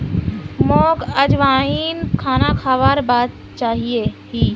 मोक अजवाइन खाना खाबार बाद चाहिए ही